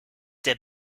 der